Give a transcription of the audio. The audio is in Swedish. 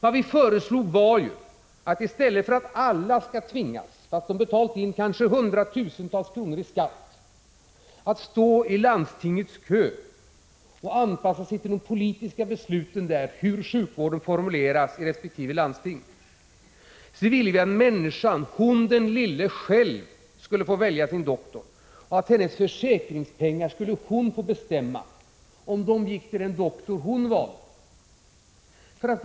Vad vi föreslog var ju att i stället för att alla skall tvingas, trots att de betalat in kanske hundratusentals kronor i skatt, att stå i landstingets kö och anpassa sig till de politiska besluten där om hur sjukvården skall utformas i resp. landsting, människan själv — hon, den lilla människan — skulle få välja sin doktor och att hon själv skulle få bestämma över om hennes försäkringspengar skulle gå till en doktor som hon själv valt.